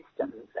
systems